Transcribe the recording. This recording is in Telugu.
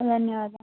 ధన్యవాదం